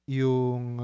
yung